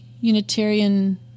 Unitarian